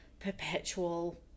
perpetual